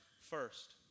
First